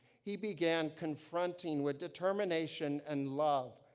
he began confronting, with determination and love,